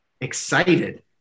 excited